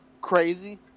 crazy